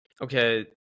Okay